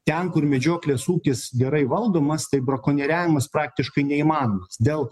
ten kur medžioklės ūkis gerai valdomas tai brakonieriavimas praktiškai neįmanoma dėl